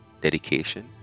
dedication